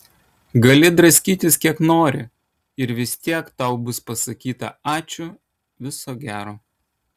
gali draskytis kiek nori ir vis tiek tau bus pasakyta ačiū viso gero